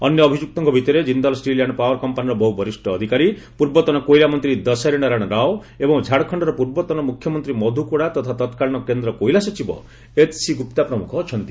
ଅନ୍ୟ ଅଭିଯୁକ୍ତଙ୍କ ଭିତରେ ଜିନ୍ଦଲ ଷ୍ଟିଲ୍ ଆଣ୍ଡ୍ ପାୱାର କମ୍ପାନିର ବହୁ ବରିଷ ଅଧିକାରୀ ପୂର୍ବତନ କୋଇଲା ମନ୍ତ୍ରୀ ଦସାରୀ ନାରାୟଣ ରାଓ ଏବଂ ଝାଡ଼ଖଣ୍ଡର ପୂର୍ବତନ ମୁଖ୍ୟମନ୍ତ୍ରୀ ମଧୁ କୋଡ଼ା ତଥା ତତ୍କାଳୀନ କେନ୍ଦ୍ର କୋଇଲା ସଚିବ ଏଚ୍ସି ଗୁପ୍ତା ପ୍ରମୁଖ ଅଛନ୍ତି